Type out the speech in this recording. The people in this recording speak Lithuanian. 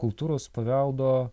kultūros paveldo